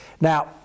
Now